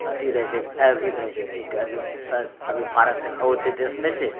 अथी रहै छै भयभीत रहै छै कि अभी ओ अभी भारत ओ देश नहि छै